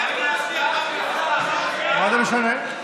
איך בקריאה שנייה, מה זה משנה?